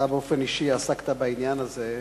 אתה באופן אישי עסקת בנושא הזה,